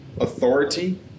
authority